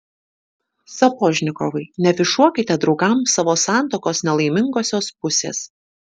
sapožnikovai neafišuokite draugams savo santuokos nelaimingosios pusės